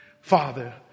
Father